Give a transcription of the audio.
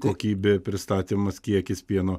kokybė pristatymas kiekis pieno